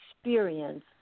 experience